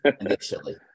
initially